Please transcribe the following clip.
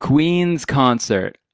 queens concert